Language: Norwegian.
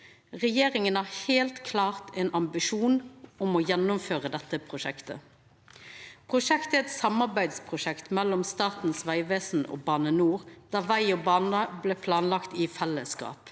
Regjeringa har heilt klart ein ambisjon om å gjennomføra dette prosjektet. Prosjektet er eit samarbeidsprosjekt mellom Statens vegvesen og BaneNOR, der veg og bane blei planlagde i fellesskap.